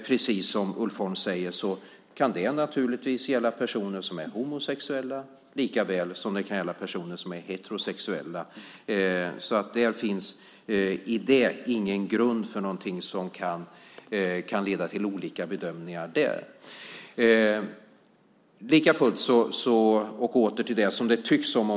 Precis som Ulf Holm säger kan det naturligtvis gälla personer som är homosexuella lika väl som personer som är heterosexuella. I detta finns ingen grund för olika bedömningar därvidlag.